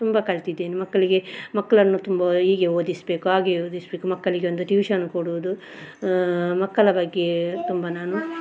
ತುಂಬ ಕಲ್ತಿದ್ದೇನೆ ಮಕ್ಕಳಿಗೆ ಮಕ್ಕಳನ್ನು ತುಂಬ ಹೀಗೆ ಓದಿಸಬೇಕು ಹಾಗೆ ಓದಿಸಬೇಕು ಮಕ್ಕಳಿಗೆ ಒಂದು ಟ್ಯೂಷನ್ ಕೊಡುವುದು ಮಕ್ಕಳ ಬಗ್ಗೆ ತುಂಬ ನಾನು